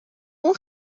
اون